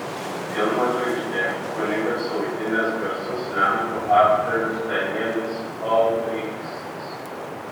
filmo žvaigždė kunigą suvaidinęs garsus lenkų aktorius danielis olbrychskis